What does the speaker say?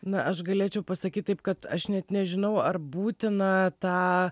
na aš galėčiau pasakyt taip kad aš net nežinau ar būtina tą